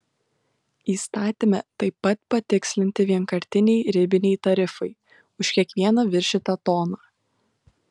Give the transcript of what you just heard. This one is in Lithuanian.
įstatyme taip pat patikslinti vienkartiniai ribiniai tarifai už kiekvieną viršytą toną